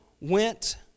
went